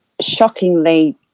Shockingly